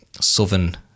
southern